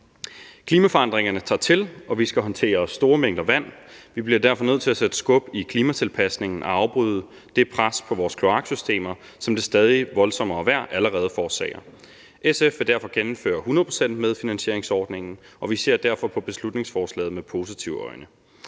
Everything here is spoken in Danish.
Klimaforandringerne tager til, og vi skal håndtere store mængder vand. Vi bliver derfor nødt til at sætte skub i klimatilpasningen og afbryde det pres på vores kloaksystemer, som det stadig voldsommere vejr allerede forårsager. SF vil derfor gennemføre 100-procentsmedfinansieringsordningen, og vi ser derfor på beslutningsforslaget med positive øjne.